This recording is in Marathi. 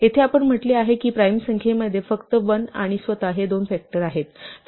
येथे आपण म्हटले आहे की प्राइम संख्येमध्ये फक्त 1 आणि स्वतः हे दोन फॅक्टर असतात